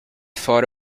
thought